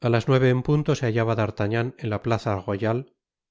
a las nueve en punto se hallaba d'artagnan en la plaza royale